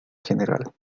general